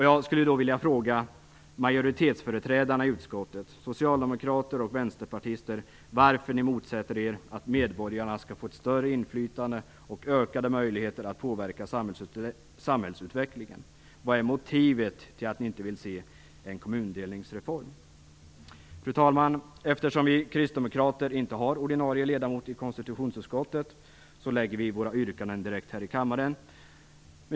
Jag vill fråga majoritetsföreträdarna i utskottet, socialdemokrater och vänsterpartister, varför ni motsätter er att medborgarna skall få ett större inflytande och ökade möjligheter att påverka samhällsutvecklingen. Vilket är motivet till att ni inte vill se en kommundelningsreform? Fru talman! Eftersom vi kristdemokrater inte har någon ordinarie ledamot i konstitutionsutskottet gör vi våra yrkanden direkt här i kammaren.